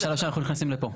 לשלב שאנחנו נכנסים לפה?